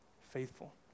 faithful